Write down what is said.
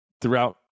throughout